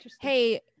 hey-